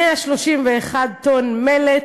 131,000 טון מלט,